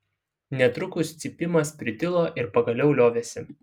netrukus cypimas pritilo ir pagaliau liovėsi